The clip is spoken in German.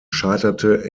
scheiterte